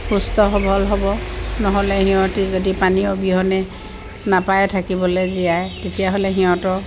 সুস্থ সবল হ'ব নহ'লে সিহঁতে যদি পানী অবিহনে নাপায় থাকিবলৈ জীয়াই তেতিয়াহ'লে সিহঁতক